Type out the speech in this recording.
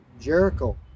Jericho